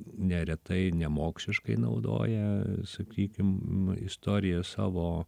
neretai nemokšiškai naudoja sakykim istoriją savo